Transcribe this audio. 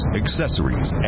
accessories